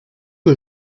que